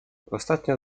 ostatnio